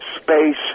space